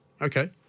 Okay